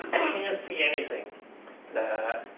can't see anything that